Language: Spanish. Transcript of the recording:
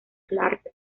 clark